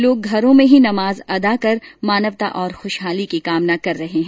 लोग घरों में ही नमाज अदा कर मानवता और खुशहाली की कामना कर रहे हैं